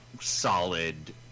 solid